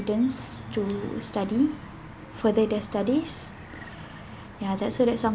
students to study further their studies ya that so that some